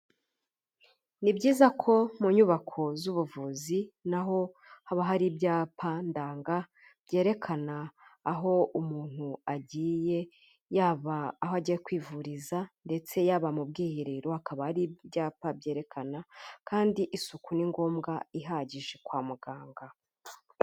Ni byiza ko mu nyubako z'ubuvuzi naho haba hari ibyapa ndanga, byerekana aho umuntu agiye, yaba aho ajya kwivuriza ndetse yaba mu bwiherero, akaba ari ibyapa byerekana kandi isuku ni ngombwa ihagije kwa muganga.